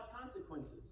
consequences